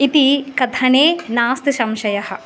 इति कथने नास्ति संशयः